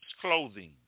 clothing